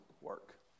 work